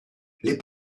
les